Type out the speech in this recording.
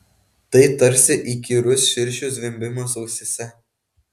tai tarsi įkyrus širšių zvimbimas ausyse